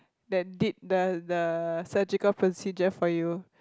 that did the the surgical procedure for you